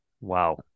Wow